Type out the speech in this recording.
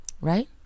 Right